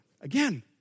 Again